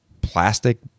plastic